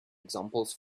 examples